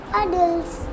adults